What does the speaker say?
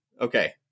Okay